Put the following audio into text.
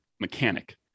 mechanic